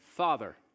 father